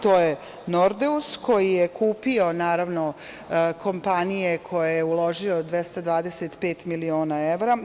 To je „Nordeus“ koji je kupio kompanije, gde je uložio 225 miliona evra.